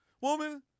Woman